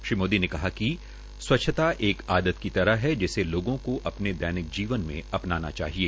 श्री मोदी ने कहा कि स्वच्छता एक आदत की तरह है जिसे लोगों को अपने दैनिक जीवन के अपनाना चाहिए